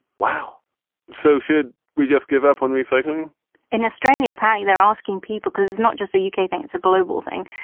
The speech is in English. wow so should we just give up on recycling in australia? panting they're asking people because it's not just a yeah uk thing. it's a global thing,